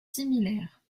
similaires